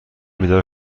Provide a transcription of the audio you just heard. بیدار